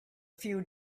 few